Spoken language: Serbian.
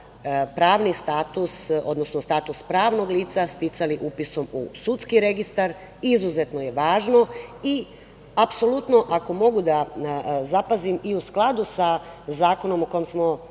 pravni status, odnosno status pravnog lica sticali upisom u sudski registar, izuzetno je važno i apsolutno, ako mogu da zapazim, i u skladu sa zakonom o kom smo